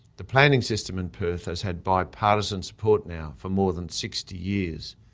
the planning system in perth has had bipartisan support now for more than sixty years.